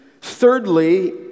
Thirdly